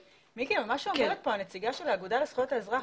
מיקי, מה שאומרת פה נציגת האגודה לזכויות האזרח,